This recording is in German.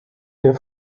der